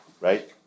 right